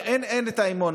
אין את האמון,